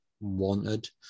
wanted